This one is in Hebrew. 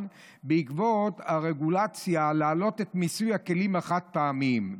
בעקבות הרגולציה להעלות את מיסוי הכלים החד-פעמיים.